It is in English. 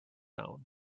own